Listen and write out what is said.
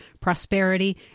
prosperity